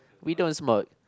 we don't smoke